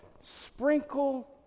sprinkle